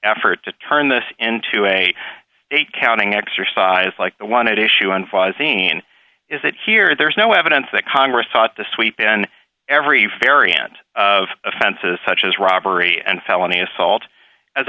effort to turn this into a eight counting exercise like the wanted issue unforeseen is that here there is no evidence that congress ought to sweep in every variant of offenses such as robbery and felony assault as